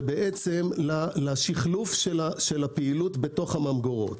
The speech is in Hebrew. בעצם לשחלוף הפעילות בתוך הממבורות.